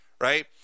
Right